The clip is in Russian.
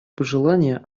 пожелание